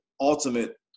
ultimate